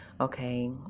okay